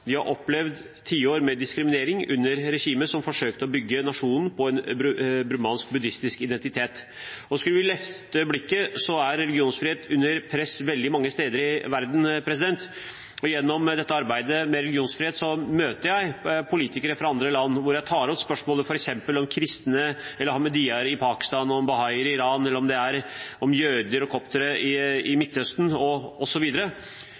De har opplevd tiår med diskriminering under regimet som forsøkte å bygge nasjonen på en burmansk-buddhistisk identitet. Skulle vil løfte blikket, er religionsfrihet under press veldig mange steder i verden. Gjennom arbeidet med religionsfrihet møter jeg politikere fra andre land, og jeg tar opp spørsmål om f.eks. kristne eller ahmadiyyaer i Pakistan, bahaier i Iran, jøder og koptere i Midtøsten osv. Enkelte av dem svarer på spørsmålene ved å si: Hva gjør Vesten for situasjonen i